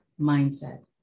mindset